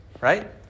right